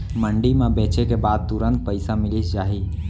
मंडी म बेचे के बाद तुरंत पइसा मिलिस जाही?